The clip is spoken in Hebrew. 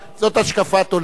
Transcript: זאת השקפת עולם.